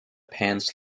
pants